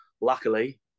luckily